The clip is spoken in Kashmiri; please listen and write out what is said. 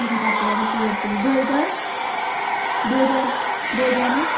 اَچھا مرژٕوانٛگن ژور کِلوٗ بٲدیان بٲدیان بٲدیان حظ